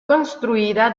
construida